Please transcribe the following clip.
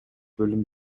бөлүм